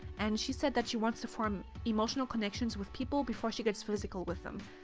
and she said that she wants to form emotional connections with people before she gets physical with them.